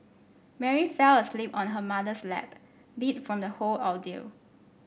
Mary fell asleep on her mother's lap beat from the whole ordeal